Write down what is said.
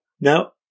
Now